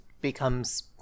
becomes